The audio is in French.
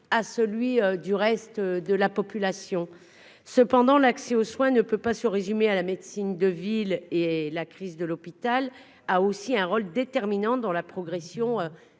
pour le reste de la population. Cependant, l'accès aux soins ne peut pas se résumer à la médecine de ville ; la crise de l'hôpital joue aussi un rôle déterminant dans la progression